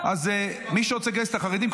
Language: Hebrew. אז מי שרוצה לגייס את החרדים,